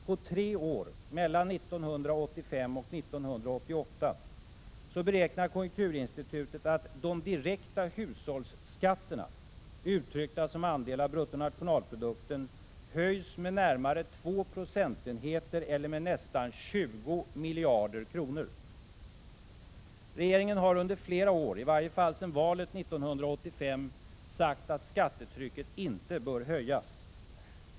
På tre år, mellan 1985 och 1988, beräknar konjunkturinstitutet att de direkta hushållsskatterna, uttryckta som andel av bruttonationalprodukten, höjs med närmare 2 procentenheter eller med nästan 20 miljarder kronor. Regeringen har under flera år, i varje fall sedan valet 1985, sagt att skattetrycket inte bör höjas.